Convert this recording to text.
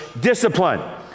discipline